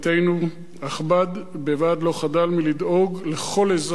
אך בד בבד לא חדל לדאוג לכל אזרח באשר הוא.